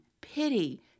pity